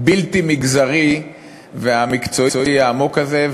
הבלתי-מגזרי והמקצועי העמוק הזה,